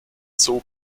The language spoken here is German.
zoo